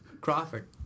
Crawford